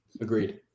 Agreed